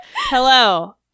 Hello